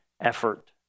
effort